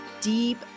deep